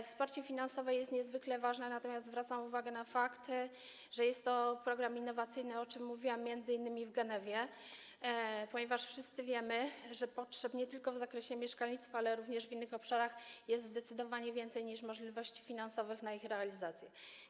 Wsparcie finansowe jest niezwykle ważne, natomiast zwracam uwagę na fakt, że jest to program innowacyjny, o czym mówiłam m.in. w Genewie, ponieważ wszyscy wiemy, że potrzeb nie tylko w zakresie mieszkalnictwa, ale również w innych obszarach jest zdecydowanie więcej niż możliwości finansowych na ich realizację.